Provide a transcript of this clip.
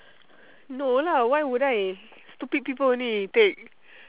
no lah why would I stupid people only take